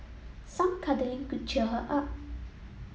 some cuddling could cheer her up